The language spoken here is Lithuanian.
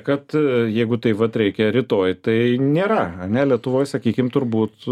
kad jeigu taip vat reikia rytoj tai nėra ane lietuvoj sakykim turbūt